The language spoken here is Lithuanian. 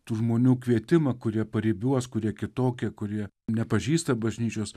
tų žmonių kvietimą kurie paribiuos kurie kitokie kurie nepažįsta bažnyčios